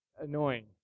annoying